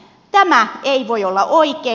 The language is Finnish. tämä ei voi olla oikein